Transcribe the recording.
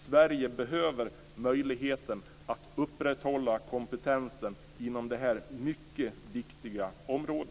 Sverige behöver möjligheten att upprätthålla kompetensen inom detta mycket viktiga område.